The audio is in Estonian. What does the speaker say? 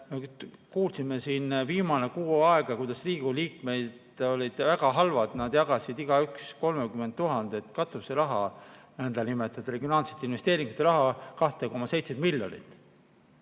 me kuulsime siin viimane kuu aega, kuidas Riigikogu liikmed olid väga halvad, nad jagasid igaüks 30 000 eurot katuseraha, nn regionaalsete investeeringute raha 2,7 miljonit,